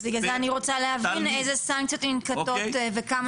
אז בגלל זה אני רוצה להבין איזה סנקציות ננקטות וכמה.